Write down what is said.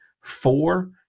Four